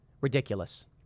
Ridiculous